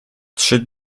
trzy